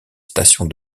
stations